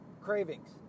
Cravings